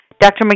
Dr